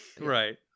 right